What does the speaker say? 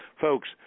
Folks